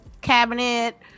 cabinet